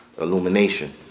Illumination